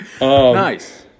Nice